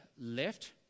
left